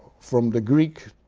from the greek,